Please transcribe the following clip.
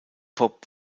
pop